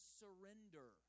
surrender